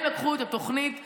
הם לקחו את התוכנית הישנה,